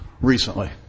recently